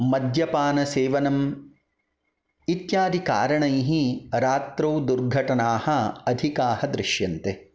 मद्यपानसेवनम् इत्यादिकारणैः रात्रौ दुर्घटनाः अधिकाः दृश्यन्ते